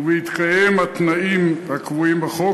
ובהתקיים התנאים הקבועים בחוק,